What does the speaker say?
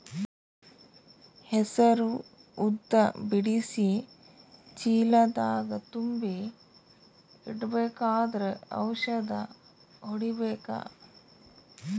ಹೆಸರು ಉದ್ದ ಬಿಡಿಸಿ ಚೀಲ ದಾಗ್ ತುಂಬಿ ಇಡ್ಬೇಕಾದ್ರ ಔಷದ ಹೊಡಿಬೇಕ?